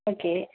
okay